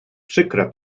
przykra